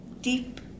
deep